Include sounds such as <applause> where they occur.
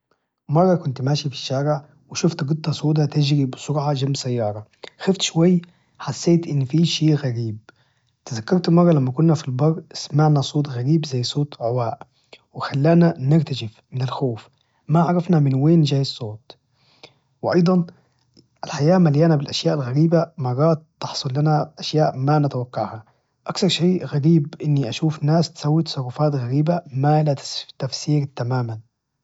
مرة كنت ماشي في الشارع وشفت قطة سودة تجري بسرعة جمب سيارة خفت شوي حسيت إن في شي غريب، تذكرت مرة لما كنا في البر وسمعنا صوت غريب زي صوت عواء وخلانا نرتجف من الخوف ما عرفنا من وين جاي الصوت، وإيضا الحياة مليانة بالأشياء الغريبة مرات تحصل لنا أشياء ما نتوقعها، أكثر شي غريب إني أشوف ناس تسوي تصرفات غريبة ما لها <hesitation> تفسير تماما.